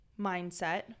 mindset